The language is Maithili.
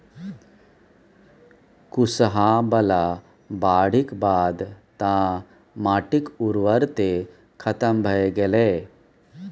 कुसहा बला बाढ़िक बाद तँ माटिक उर्वरते खतम भए गेलै